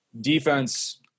defense